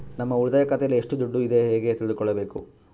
ನಮ್ಮ ಉಳಿತಾಯ ಖಾತೆಯಲ್ಲಿ ಎಷ್ಟು ದುಡ್ಡು ಇದೆ ಹೇಗೆ ತಿಳಿದುಕೊಳ್ಳಬೇಕು?